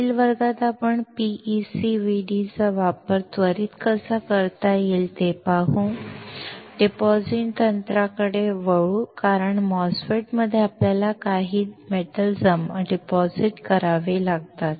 पुढील वर्गात आपण PECVD चा वापर त्वरीत कसा करता येईल ते पाहू आणि डिपॉझिशन तंत्राकडे वळू कारण MOSFET मध्ये आपल्याला काही धातू जमा करावी लागतात